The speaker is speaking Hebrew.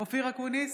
אופיר אקוניס,